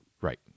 Right